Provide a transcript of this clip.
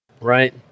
right